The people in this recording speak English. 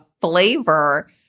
flavor